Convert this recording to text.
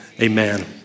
amen